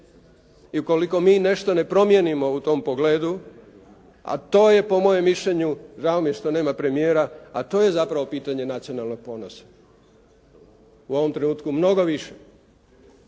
I ukoliko mi nešto ne promijenimo u tom pogledu, a to je po mojem mišljenju, žao mi je što nema premijera, a to je zapravo pitanje nacionalnog ponosa, u ovom trenutku mnogo više.